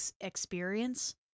experience